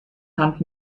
hand